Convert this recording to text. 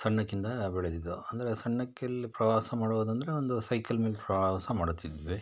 ಸಣ್ಣಕಿಂದ ಬೆಳೆದಿದ್ದು ಅಂದರೆ ಸಣ್ಣಕ್ಕಿಲಿ ಪ್ರವಾಸ ಮಾಡುವುದೆಂದ್ರೆ ಒಂದು ಸೈಕಲ್ ಮೇಲೆ ಪ್ರವಾಸ ಮಾಡುತ್ತಿದ್ವಿ